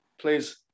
please